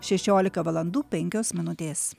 šešiolika valandų penkios minutės